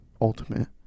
Ultimate